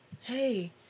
hey